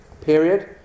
Period